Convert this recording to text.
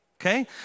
Okay